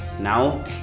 Now